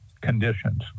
conditions